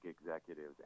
executives